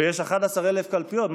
ויש 11,000 קלפיות,